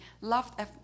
loved